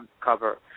cover